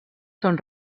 són